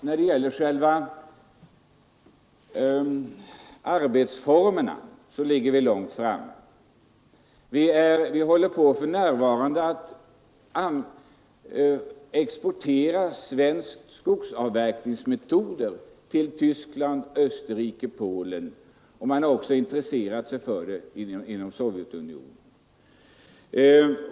När det gäller själva arbetsformerna ligger vi långt framme. Vi exporterar för närvarande svenska skogsavverkningsmetoder till Tysk land, Österrike och Polen, och man har också intresserat sig för dem i Sovjetunionen.